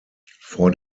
vor